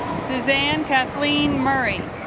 suzanne kathleen marie